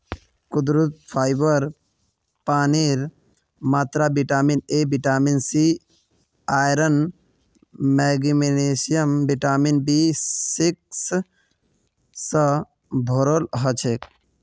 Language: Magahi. कद्दूत फाइबर पानीर मात्रा vitamin A vitamin C iron magnesium vitamin B six स भोराल हछेक